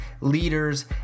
leaders